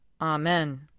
Amen